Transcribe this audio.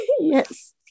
Yes